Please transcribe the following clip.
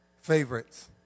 favorites